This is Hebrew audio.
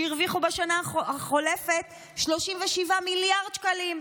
שהרוויחו בשנה החולפת 37 מיליארד שקלים.